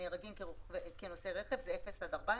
שנהרגים כנוסעי רכב וזה מגיל אפס עד 14